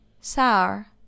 sour